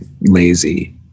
lazy